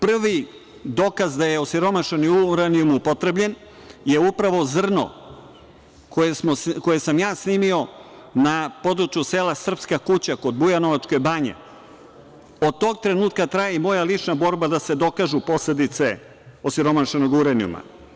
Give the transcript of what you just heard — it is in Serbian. Prvi dokaz da je osiromašeni uranijum upotrebljen je upravo zrno koje sam ja snimio na području sela Srpska Kuća kod Bujanovačke banje i od tog trenutka traje i moja lična borba da se dokažu posledice osiromašenog uranijuma.